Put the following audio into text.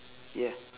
ya